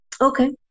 Okay